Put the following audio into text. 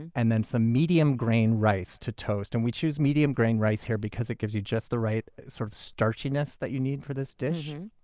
and then some medium grain rice to toast. and we choose medium grain rice here because it gives you just the right sort of starchiness that you need for this dish.